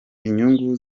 inyungu